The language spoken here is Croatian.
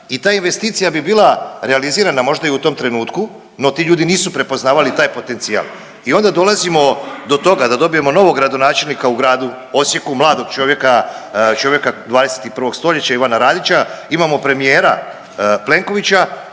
i ta investicija bi bila realizirana možda i u tom trenutku, no ti ljudi nisu prepoznavali taj potencijal i onda dolazimo do toga da dobijemo novog gradonačelnika u gradu Osijeku, mladog čovjeka, čovjeka 21. stoljeća, Ivana Radića, imamo premijera Plenkovića